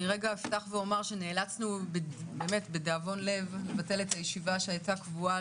אני אפתח ואומר שנאלצנו באמת בדאבון לב לבטל את הישיבה שהייתה קבועה